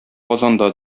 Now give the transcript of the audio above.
казанда